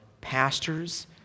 pastors